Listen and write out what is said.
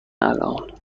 الان